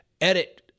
edit